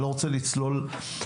אני לא רוצה לצלול לתשתיות.